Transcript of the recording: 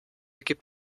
gibt